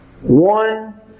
one